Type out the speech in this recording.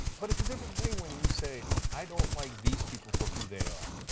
but, it's a different thing when you say i don't like these people for who they are,